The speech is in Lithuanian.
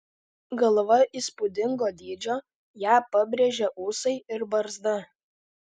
galva įspūdingo dydžio ją pabrėžia ūsai ir barzda